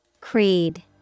Creed